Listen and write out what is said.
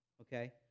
okay